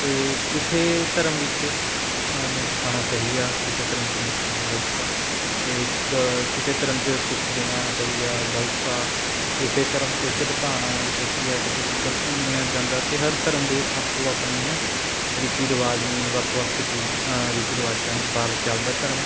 ਅਤੇ ਕਿਸੇ ਧਰਮ ਵਿੱਚ ਮੀਟ ਖਾਣਾ ਸਹੀ ਆ ਕਿਸੇ ਧਰਮ 'ਚ ਮੀਟ ਖਾਣਾ ਗਲਤ ਆ ਅਤੇ ਕ ਕਿਸੇ ਧਰਮ 'ਚ ਸੁੱਖ ਦੇਣਾ ਸਹੀ ਆ ਗਲਤ ਆ ਕਿਸੇ ਧਰਮ 'ਚ ਝਟਕਾਉਣਾ ਸਹੀ ਆ ਕਿਸੇ 'ਚ ਗਲਤ ਮੰਨਿਆ ਜਾਂਦਾ ਅਤੇ ਹਰ ਧਰਮ ਦੇ ਆਪੋ ਆਪਣੇ ਹੈ ਨਾ ਰੀਤੀ ਰਿਵਾਜ਼ ਨੇ ਵੱਖ ਵੱਖ ਚੀਜ਼ਾਂ ਰੀਤੀ ਰਿਵਾਜ਼ਾਂ ਅਨੁਸਾਰ ਚੱਲਦਾ ਧਰਮ